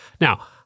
Now